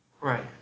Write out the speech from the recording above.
Right